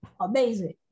amazing